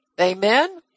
Amen